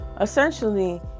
essentially